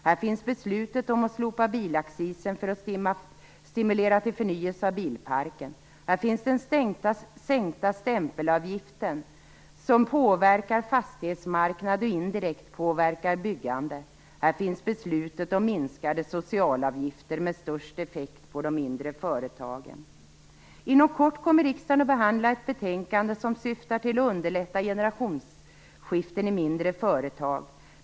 Här finns beslutet om att slopa bilaccisen för att stimulera till förnyelse av bilparken. Här finns den sänkta stämpelavgiften, som påverkar fastighetsmarknaden och indirekt påverkar byggande. Här finns beslutet om minskade socialavgifter med störst effekt på de mindre företagen. Inom kort kommer riksdagen att behandla ett förslag som syftar till att underlätta generationsskiften i mindre företag.